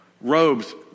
robes